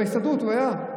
בהסתדרות הוא היה.